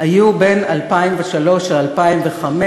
היו מ-2003 עד 2005: